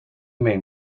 main